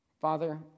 Father